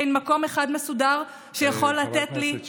אין מקום אחד מסודר שיכול לתת לי, חברת הכנסת שיר.